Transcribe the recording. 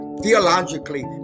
theologically